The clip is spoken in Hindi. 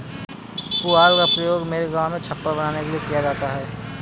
पुआल का उपयोग मेरे गांव में छप्पर बनाने के लिए किया जाता है